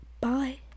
Bye